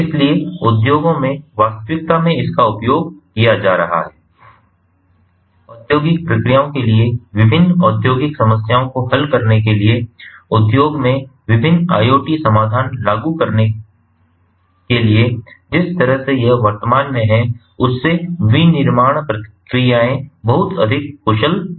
इसलिए उद्योगों में वास्तविकता में इसका उपयोग किया जा रहा है औद्योगिक प्रक्रियाओं के लिए विभिन्न औद्योगिक समस्याओं को हल करने के लिए उद्योग में विभिन्न IoT समाधान लागू किए जा रहे हैं जिस तरह से यह वर्तमान में है उससे विनिर्माण प्रक्रियाएं बहुत अधिक कुशल हैं